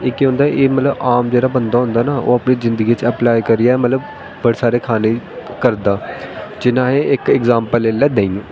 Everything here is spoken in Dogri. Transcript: एह् केह् होंदा एह् मतलब आम जेह्ड़ा बंदा होंदा ना ओह् अपनी जिन्दगी च अप्लाई करियै मतलब बड़े सारे खाने करदा जियां असें इक अग्जैंपल ले लेई देहीं